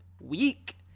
week